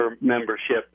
membership